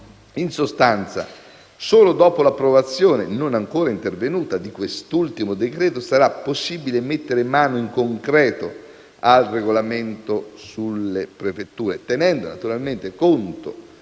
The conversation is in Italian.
In sostanza, solo dopo l'approvazione - non ancora intervenuta - di quest'ultimo decreto sarà possibile mettere mano in concreto al regolamento sulle prefetture, tenendo conto